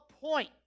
point